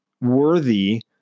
worthy